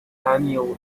annual